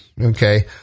Okay